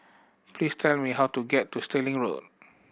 please tell me how to get to Stirling Road